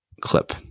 clip